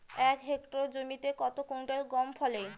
এক হেক্টর জমিতে কত কুইন্টাল গম ফলে?